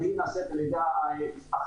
גם היא נעשית על-ידי החברה.